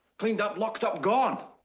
cleaned up, locked up, gone.